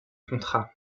contrat